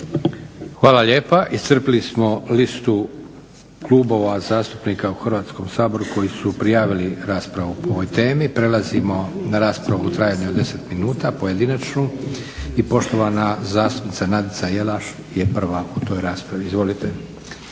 Hvala lijepa. Iscrpili smo listu klubova zastupnika u Hrvatskom saboru koji su prijavili raspravu po ovoj temi. Prelazimo na raspravu u trajanju od 10 minuta, pojedinačnu. I poštovana zastupnica Nadica Jelaš je prva u toj raspravi. Izvolite.